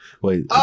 Wait